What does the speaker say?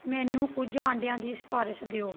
ਮੈਨੂੰ ਕੁਝ ਅੰਡਿਆਂ ਦੀ ਸਿਫਾਰਸ਼ ਦਿਓ